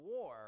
war